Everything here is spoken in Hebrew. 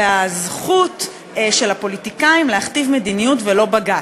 והזכות של הפוליטיקאים להכתיב מדיניות ולא בג"ץ.